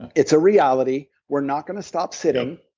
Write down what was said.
it's a reality, we're not going to stop sitting.